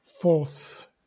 false